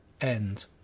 end